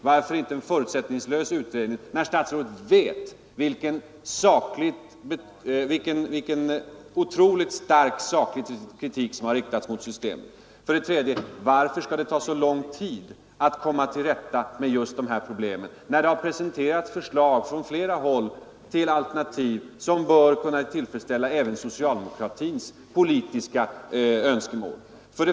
Varför inte en förutsättningslös utredning, när statsrådet vet vilken stark saklig kritik som riktats mot systemet. 3) Varför skall det ta så lång tid att komma till rätta med just de här problemen, när det från flera håll presenterats alternativ som bör kunna tillfredsställa även socialdemokratins politiska önskemål.